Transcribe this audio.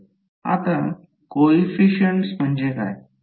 up आता coefficients म्हणजे काय